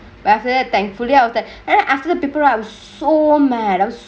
but after that thankfully that was that and then after the paper right I was so mad I was